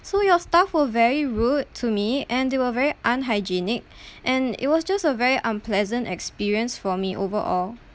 so your staff were very rude to me and they were very unhygienic and it was just a very unpleasant experience for me overall